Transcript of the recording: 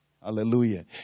Hallelujah